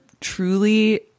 truly